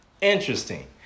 Interesting